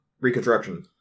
Reconstruction